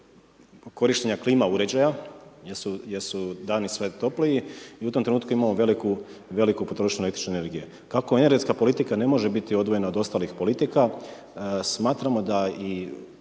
korištenja klima uređaja jer su dani sve topliji i u tom trenutku imamo veliku potrošnju električne energije. Kako energetska politika ne može biti odvojena od ostalih politika, smatramo, kako